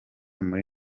muri